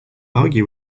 argue